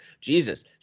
Jesus